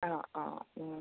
ആ ആ ഉം